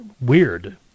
weird